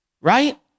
right